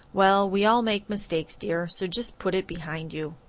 well, we all make mistakes, dear, so just put it behind you.